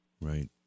Right